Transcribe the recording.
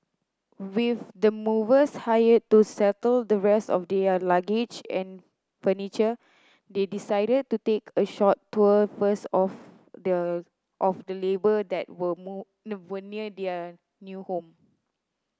with the movers hired to settle the rest of their luggage and furniture they decided to take a short tour first of the of the neighbour that were were near their new home